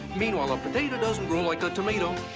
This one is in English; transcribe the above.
meanwhile, a potato doesn't grow like a tomato